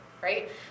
right